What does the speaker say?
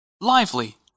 lively